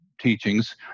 teachings